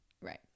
Right